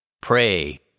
Pray